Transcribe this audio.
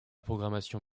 programmation